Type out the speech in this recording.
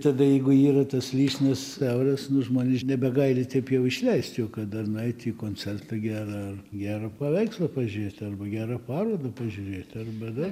tada jeigu yra tas lyšnas euras žmonėž nebegaili taip jau išleist jau kad dar nueit į koncertą gerą ar gerą paveikslą pažiūrėt arba gerą parodą pažiūrėt arba dar